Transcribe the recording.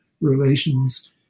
relations